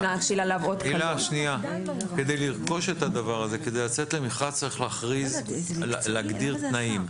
כדי לצאת למכרז צריך להגדיר תנאים.